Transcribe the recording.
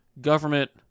government